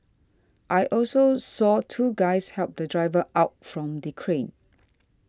I also saw two guys help the driver out from the crane